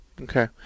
Okay